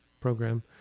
program